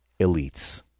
elites